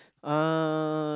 uh